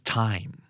time